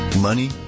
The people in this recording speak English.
Money